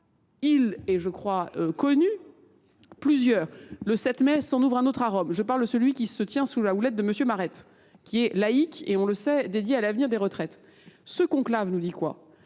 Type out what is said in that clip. il et je crois connu, Le 7 mai s'en ouvre un autre à Rome. Je parle de celui qui se tient sous la houlette de M. Maret, qui est laïque et on le sait dédié à l'avenir des retraites. Ce conclave nous dit quoi ?